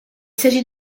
s’agit